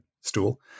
stool